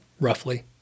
roughly